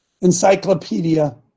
Encyclopedia